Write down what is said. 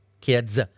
kids